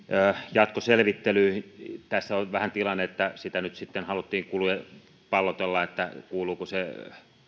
jatkoselvittelyyn tässä on vähän tilanne että sitä nyt sitten haluttiin pallotella kuuluuko se